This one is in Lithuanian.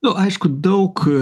nu aišku daug